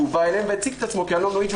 שהוא בא אליהן והציג את עצמו כאלון לואיג'י.